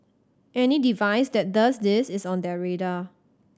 any device that does this is on their radar